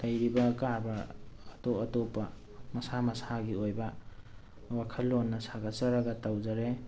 ꯂꯩꯔꯤꯕ ꯀꯥꯔꯕꯥꯔ ꯑꯇꯣꯞ ꯑꯇꯣꯞꯄ ꯃꯁꯥ ꯃꯁꯥꯒꯤ ꯑꯣꯏꯕ ꯋꯥꯈꯜꯂꯣꯟꯅ ꯁꯥꯒꯠꯆꯔꯒ ꯇꯧꯖꯔꯦ